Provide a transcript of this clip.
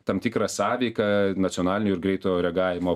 tam tikrą sąveiką nacionalinių ir greitojo reagavimo